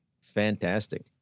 Fantastic